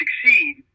succeed